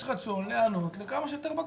יש רצון להיענות לכמה שיותר בקשות,